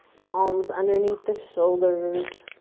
palms underneath the shoulders.